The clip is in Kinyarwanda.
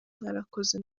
mwarakoze